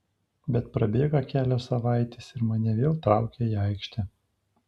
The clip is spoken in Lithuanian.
bet prabėga kelios savaitės ir mane vėl traukia į aikštę